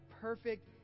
perfect